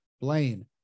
Blaine